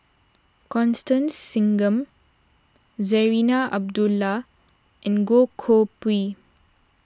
Constance Singam Zarinah Abdullah and Goh Koh Pui